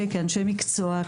כאנשי מקצוע,